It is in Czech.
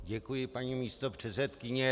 Děkuji, paní místopředsedkyně.